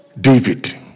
David